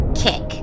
kick